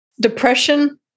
depression